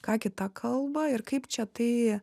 ką kita kalba ir kaip čia tai